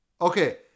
Okay